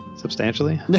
Substantially